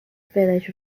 village